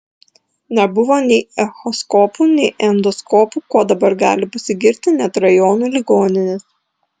nebuvo nei echoskopų nei endoskopų kuo dabar gali pasigirti net rajonų ligoninės